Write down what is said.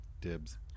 Dibs